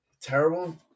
terrible